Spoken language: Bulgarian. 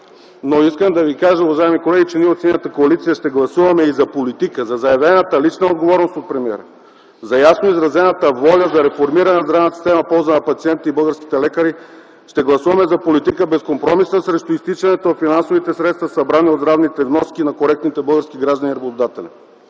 Искам да Ви кажа, уважаеми колеги, че ние от Синята коалиция ще гласуваме и за политика, за заявената лична отговорност от премиера, за ясно изразената воля за реформиране на здравната система в полза на пациентите и българските лекари. Ще гласуваме за безкомпромисна политика срещу изтичането на финансовите средства, събрани от здравните вноски на коректните български граждани и работодатели.